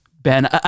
Ben